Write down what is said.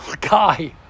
guy